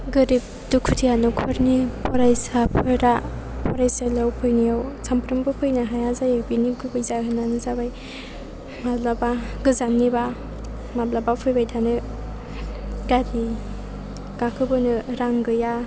गोरिब दुखुथिया न'खरनि फरायसाफोरा फरायसालियाव फैनायाव सानफ्रोमबो फैनो हाया जायो बेनि गुबै जाहोनानो जाबाय माब्लाबा गोजाननिबा माब्लाबा फैबाय थानो गारि गाखोबोनो रां गैया